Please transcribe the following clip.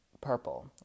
purple